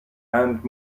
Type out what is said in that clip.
and